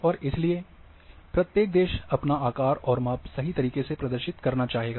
और इसलिए प्रत्येक देश अपना आकार और माप सही तरीक़े से प्रदर्शित करना चाहेगा